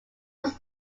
was